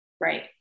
right